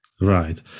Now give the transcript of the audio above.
Right